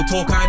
Talk